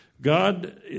God